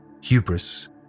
Hubris